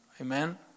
Amen